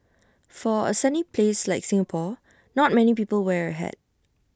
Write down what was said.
for A sunny place like Singapore not many people wear A hat